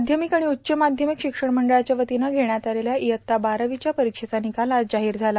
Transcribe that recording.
माध्यमिक आणि उच्च माध्यमिक शिक्षण मंडळाच्या वतीनं घेण्यात आलेल्या इयत्ता बारावीच्या परिक्षेचा निकाल आज जाहीर झाला